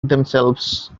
themselves